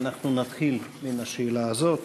ואנחנו נתחיל בשאלה הזאת.